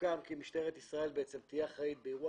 סוכם כי משטרת ישראל תהיה אחראית באירוע